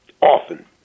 often